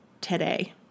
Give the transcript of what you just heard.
today